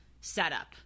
setup